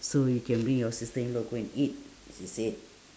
so you can bring your sister-in-law go and eat she said